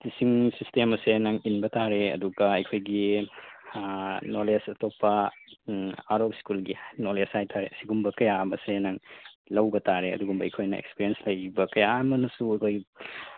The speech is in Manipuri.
ꯇꯤꯆꯤꯡ ꯁꯤꯁꯇꯦꯝ ꯑꯁꯦ ꯅꯪ ꯏꯟꯕ ꯇꯥꯔꯦ ꯑꯗꯨꯒ ꯑꯩꯈꯣꯏꯒꯤ ꯅꯣꯂꯦꯁ ꯑꯇꯣꯞꯄ ꯑꯥꯎꯠ ꯑꯣꯐ ꯁ꯭ꯀꯨꯜꯒꯤ ꯅꯣꯂꯦꯁ ꯍꯥꯏꯕ ꯇꯥꯔꯦ ꯑꯁꯤꯒꯨꯝꯕ ꯀꯌꯥ ꯑꯃꯁꯦ ꯅꯪ ꯂꯧꯕ ꯇꯥꯔꯦ ꯑꯗꯨꯒꯨꯝꯕ ꯑꯩꯈꯣꯏꯅ ꯑꯦꯛꯁꯄꯔꯤꯌꯦꯟꯁ ꯂꯩꯕ ꯀꯌꯥ ꯑꯃꯅꯁꯨ ꯑꯩꯈꯣꯏ